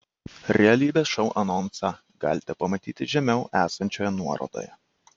realybės šou anonsą galite pamatyti žemiau esančioje nuorodoje